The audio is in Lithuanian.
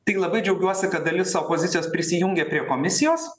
tai labai džiaugiuosi kad dalis opozicijos prisijungė prie komisijos